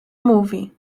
mówi